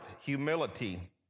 humility